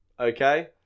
Okay